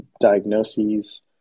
diagnoses